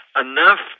enough